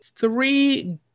three